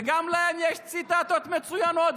וגם להם יש ציטטות מצוינות,